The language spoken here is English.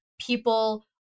people